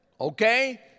Okay